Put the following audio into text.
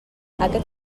aquest